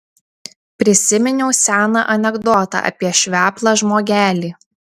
prisiminiau seną anekdotą apie šveplą žmogelį